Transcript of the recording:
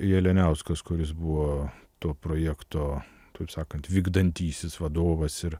jalianiauskas kuris buvo to projekto taip sakant vykdantysis vadovas ir